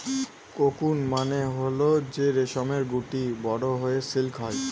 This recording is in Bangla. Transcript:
কোকুন মানে হল যে রেশমের গুটি বড়ো হয়ে সিল্ক হয়